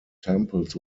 temples